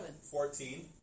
fourteen